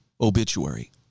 obituary